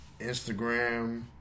Instagram